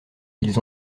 ils